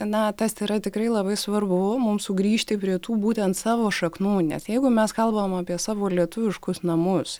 na tas yra tikrai labai svarbu mums sugrįžti prie tų būtent savo šaknų nes jeigu mes kalbam apie savo lietuviškus namus